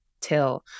till